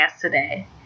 today